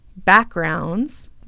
Backgrounds